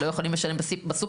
לא יכולים לשלם בסופר.